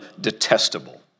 detestable